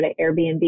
Airbnb